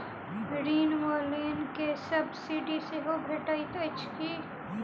ऋण वा लोन केँ सब्सिडी सेहो भेटइत अछि की?